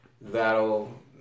that'll